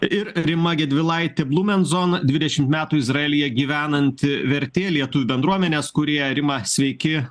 ir rima gedvilaitė blumenzon dvidešimt metų izraelyje gyvenanti vertėja lietuvių bendruomenės kūrėja rima sveiki